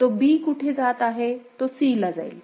तो b कुठे जात आहे तो c ला जाईल